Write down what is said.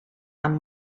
amb